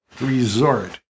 Resort